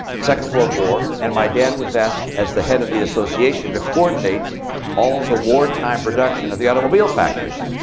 second world war. and my dad was asked, as the head of the association, to coordinate all of the wartime production of the automobile factories.